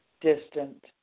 distant